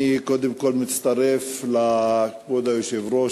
אני קודם כול מצטרף לכבוד היושב-ראש